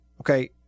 okay